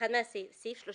36